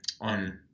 on